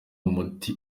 umuti